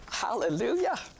hallelujah